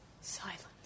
Silence